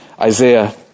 Isaiah